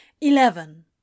Eleven